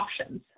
options